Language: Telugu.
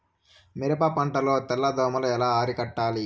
మిరప పంట లో తెల్ల దోమలు ఎలా అరికట్టాలి?